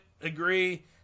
agree